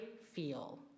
feel